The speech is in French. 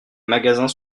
magasins